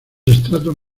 estratos